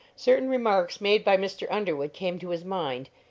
certain remarks made by mr. underwood came to his mind,